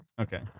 Okay